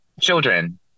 Children